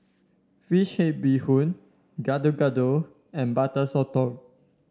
fish head Bee Hoon Gado Gado and Butter Sotong